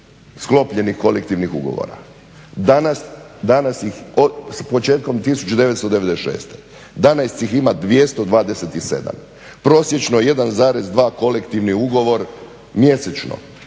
sklopljenih kolektivnih ugovora. Danas ih, s početkom 1996. Danas ih ima 227, prosječno 1,2 kolektivni ugovor mjesečno.